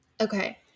Okay